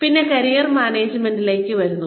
പിന്നെ കരിയർ മാനേജ്മെന്റിലേക്ക് വരുന്നു